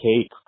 cake